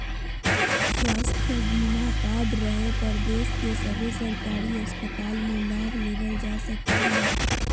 स्वास्थ्य बीमा कार्ड रहे पर देश के सभे सरकारी अस्पताल मे लाभ लेबल जा सको हय